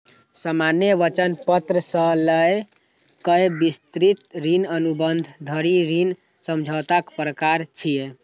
सामान्य वचन पत्र सं लए कए विस्तृत ऋण अनुबंध धरि ऋण समझौताक प्रकार छियै